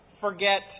forget